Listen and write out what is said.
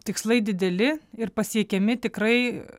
tikslai dideli ir pasiekiami tikrai